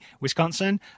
Wisconsin